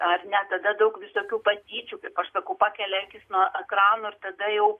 ar ne tada daug visokių patyčių kaip aš sakau pakelia akis nuo ekranų ir tada jau